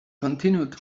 continued